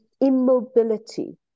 immobility